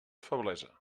feblesa